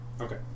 Okay